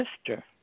sister